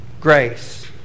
grace